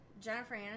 Jennifer